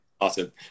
Awesome